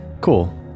cool